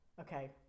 okay